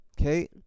okay